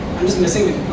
i'm just messing with